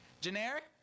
Generic